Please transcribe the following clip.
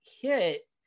hit